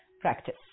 practice